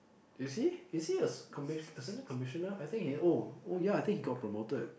is he is he a commis~ a certain commissioner I think he oh oh ya I think he got promoted